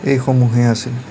এইসমূহেই আছিল